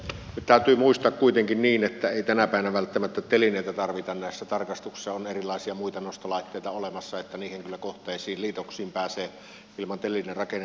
nyt täytyy muistaa kuitenkin että ei tänä päivänä välttämättä telineitä tarvita näissä tarkastuksissa on erilaisia muita nostolaitteita olemassa niin että kyllä niihin kohteisiin liitoksiin pääsee ilman telinerakennelmia